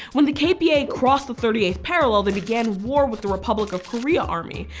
when the kpa crossed the thirty eighth parallel they began war with the republic of korea army.